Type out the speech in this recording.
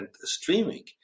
streaming